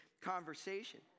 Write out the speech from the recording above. conversation